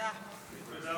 אדוני היושב-ראש,